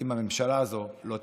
אם הממשלה הזו לא תתעורר.